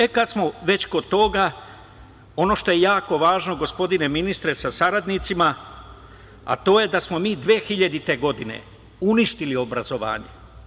E, kad smo već kod toga, ono što je jako važno, gospodine ministre sa saradnicima, to je da smo mi 2000. godine uništili obrazovanje.